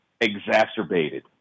exacerbated